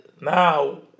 now